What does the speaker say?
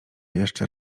jeszcze